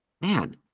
man